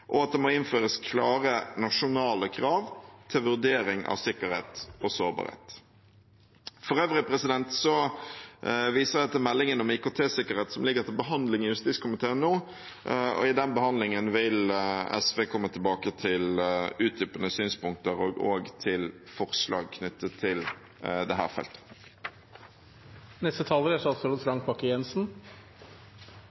og system ikke må aksepteres, og at det må innføres klare nasjonale krav til vurdering av sikkerhet og sårbarhet. For øvrig viser jeg til meldingen om IKT-sikkerhet som ligger til behandling i justiskomiteen nå. I den behandlingen vil SV komme tilbake til utdypende synspunkter og også til forslag knyttet til dette feltet. Jeg er